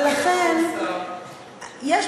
ולכן, ולכן, למה אין לך את אותו מוסר?